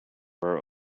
are